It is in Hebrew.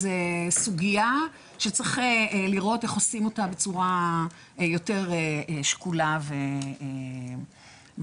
זה סוגיה שצריך לראות איך עושים אותה בצורה יותר שקולה ומשמעותית.